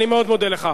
אני מאוד מודה לך.